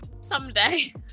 Someday